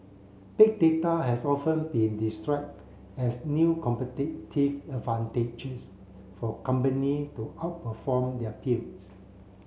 Big Data has often been described as new competitive advantages for company to outperform their peers